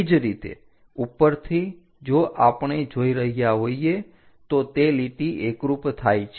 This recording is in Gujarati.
તે જ રીતે ઉપરથી જો આપણે જોઈ રહ્યા હોઈએ તો તે લીટી એકરૂપ થાય છે